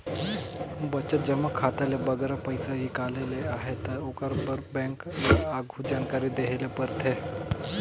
बचत जमा खाता ले बगरा पइसा हिंकाले ले अहे ता ओकर बर बेंक ल आघु जानकारी देहे ले परथे